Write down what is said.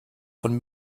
von